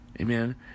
amen